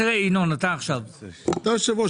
אדוני היושב ראש,